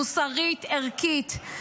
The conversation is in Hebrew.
מוסרית ערכית.